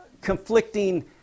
conflicting